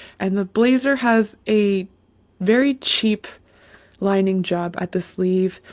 and the blazer has a very cheap lining job at the sleeve.